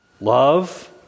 love